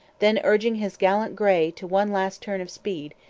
then, urging his gallant grey to one last turn of speed,